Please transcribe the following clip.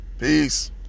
Peace